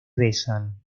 besan